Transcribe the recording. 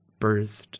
Birthed